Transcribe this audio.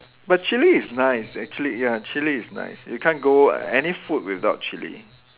but chili is nice actually ya chili is nice you can't go any food without chili